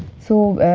so,